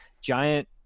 giant